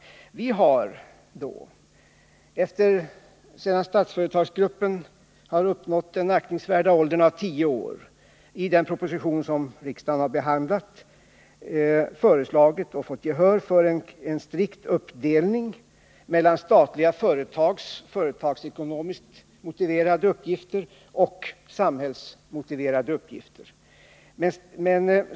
Vi har — sedan Statsföretagsgruppen uppnått den aktningsvärda åldern av tio år — i den proposition som riksdagen har behandlat föreslagit och fått gehör för en strikt uppdelning mellan statliga företags företagsekonomiskt motiverade uppgifter och samhällsekonomiska uppgifter.